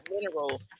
mineral